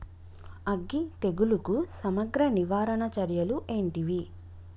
అగ్గి తెగులుకు సమగ్ర నివారణ చర్యలు ఏంటివి?